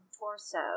torso